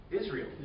Israel